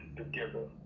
together